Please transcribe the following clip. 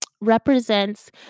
represents